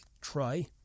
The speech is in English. try